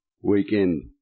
weekend